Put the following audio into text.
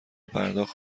پرداخت